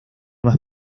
más